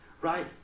Right